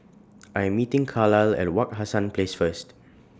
I Am meeting Carlyle At Wak Hassan Place First